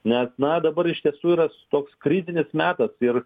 nes na dabar iš tiesų yra toks kritinis metas ir